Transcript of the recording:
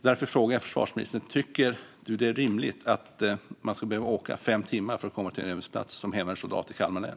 Därför frågar jag försvarsministern: Tycker du att det är rimligt att man ska behöva åka fem timmar för att komma till en övningsplats, som hemvärnssoldat i Kalmar län?